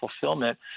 fulfillment